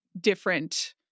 different